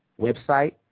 Website